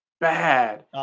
bad